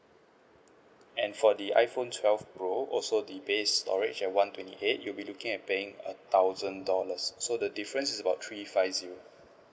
and for the iPhone twelve pro also the base storage one twenty eight you're be looking at paying a thousand dollars so the difference is about three five zero